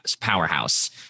powerhouse